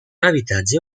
habitatge